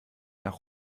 nach